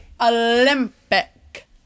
Olympic